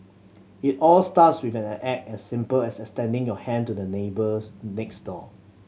it all starts with an act as simple as extending your hand to the neighbours next door